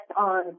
on